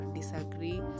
disagree